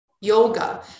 yoga